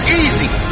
easy